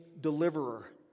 deliverer